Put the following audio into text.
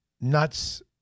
nuts